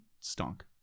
stunk